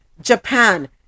japan